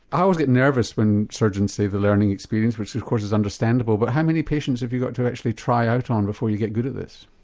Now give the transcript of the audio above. i always get nervous when surgeons say the learning experience, which of course is understandable, but how many patients have you gotten to actually try out on before you get good at this?